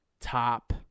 Top